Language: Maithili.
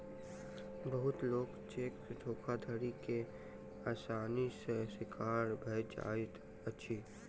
बहुत लोक चेक धोखाधड़ी के आसानी सॅ शिकार भ जाइत अछि